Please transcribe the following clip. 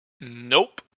Nope